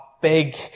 big